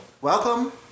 Welcome